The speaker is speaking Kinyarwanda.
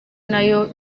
nayo